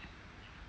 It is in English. mm